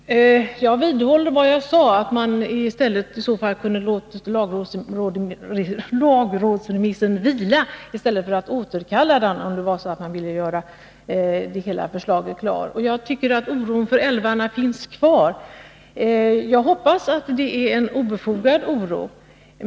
Herr talman! Jag vidhåller vad jag sade, nämligen att man i så fall hade bort låta lagrådsremissen vila i stället för att återkalla den, om det nu var så att man ville göra hela förslaget klart. Jag tycker att oron för älvarna finns kvar. Jag hoppas att det är en obefogad oro.